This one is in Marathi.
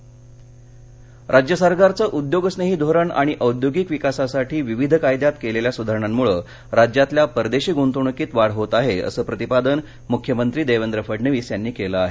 सी मे राज्य सरकारचं उद्योगस्नेही धोरण आणि औद्योगिक विकासासाठी विविध कायद्यात केलेल्या सुधारणांमुळे राज्यातल्या परदेशी गुंतवणुकीत वाढ होत आहे असं प्रतिपादन मुख्यमंत्री देवेंद्र फडणवीस यांनी केलं आहे